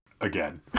Again